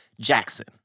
Jackson